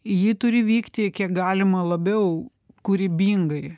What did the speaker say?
ji turi vykti kiek galima labiau kūrybingai